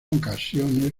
ocasiones